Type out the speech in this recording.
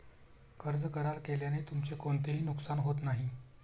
कर्ज करार केल्याने तुमचे कोणतेही नुकसान होत नाही